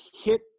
hit